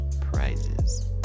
prizes